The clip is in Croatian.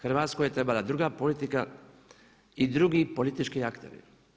Hrvatskoj je trebala druga politika i drugi politički akteri.